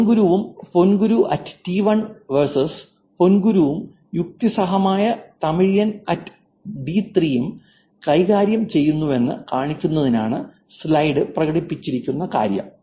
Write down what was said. പൊൻങ്കുരുവും പൊൻങ്കുരുt1 വേഴ്സസ് പോങ്കുരുവും യുക്തിസഹമായ തമിലിയൻടി3 ഉം കൈകാര്യം ചെയ്യുന്നുവെന്ന് കാണിക്കുന്നതിനാണ് സ്ലൈഡിൽ പ്രകടിപ്പിച്ചിരിക്കുന്ന കാര്യം